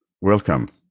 Welcome